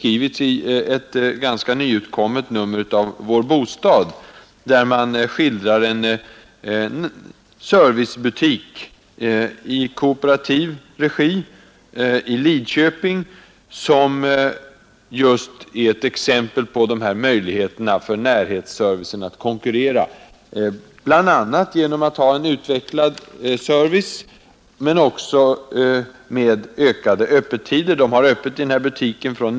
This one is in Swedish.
I ett nyutkommet nummer av Vår Bostad skildras en servicebutik i kooperativ regi i Lidköping, som just är ett exempel på möjligheterna för närhetsbutikerna att konkurrera bl.a. genom en utvecklad service inklusive ökat öppethållande. Denna butik har öppet från kl.